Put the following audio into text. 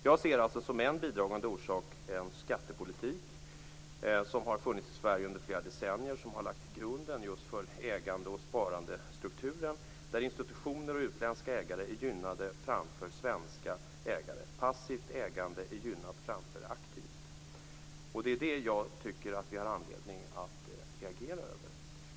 Jag ser som en bidragande orsak en skattepolitik som har funnits i Sverige under flera decennier som har lagt grunden för ägande och sparandestrukturen, där institutioner och utländska ägare är gynnade framför svenska ägare. Passivt ägande är gynnat framför aktivt ägande. Det är det jag tycker att vi har anledning att reagera över.